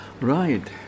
Right